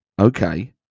Okay